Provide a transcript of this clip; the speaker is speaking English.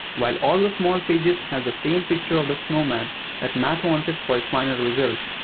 while all the small pages has the same picture of the snowman that mat wanted for his final result.